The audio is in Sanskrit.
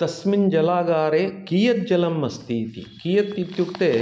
तस्मिन् जलागारे कियज्जलमस्तीति कियद् इत्युक्ते